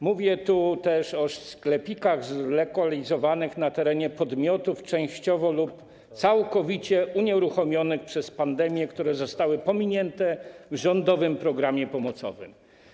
Mówię tu też o sklepikach zlokalizowanych na terenie podmiotów częściowo lub całkowicie unieruchomionych przez pandemię, które zostały pominięte w rządowym programie pomocowym.